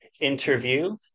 interview